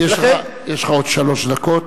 יש לך עוד שלוש דקות.